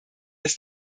des